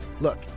Look